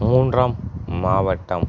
மூன்றாம் மாவட்டம்